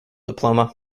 diploma